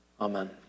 Amen